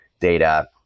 data